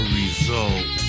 result